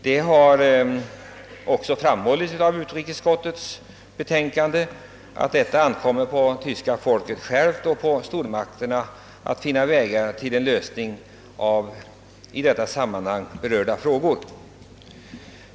Det har också framhållits i utskottets utlåtande att det ankommer på tyska folket självt och på stormakterna att finna vägar till en lösning av i detta sammanhang berörda frågor.